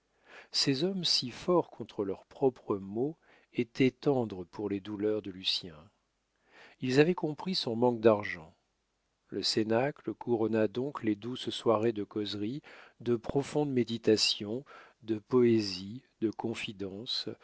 ces hommes si forts contre leurs propres maux étaient tendres pour les douleurs de lucien ils avaient compris son manque d'argent le cénacle couronna donc les douces soirées de causeries de profondes méditations de poésies de confidences